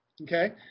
okay